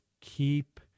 keep